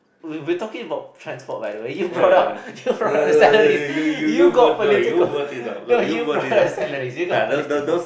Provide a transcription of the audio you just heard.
we we talking about transport by the way you brought up you brought up the salaries you got political no you brought up the salaries you got political